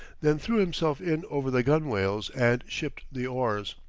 then threw himself in over the gunwales and shipped the oars.